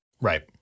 Right